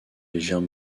légères